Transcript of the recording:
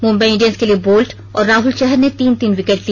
Mumbai Indians के लिए Bolt और राहुल चहर ने तीन तीन विकेट लिए